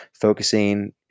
focusing